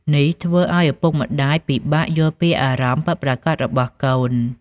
នេះធ្វើឱ្យឪពុកម្ដាយពិបាកយល់ពីអារម្មណ៍ពិតប្រាកដរបស់កូន។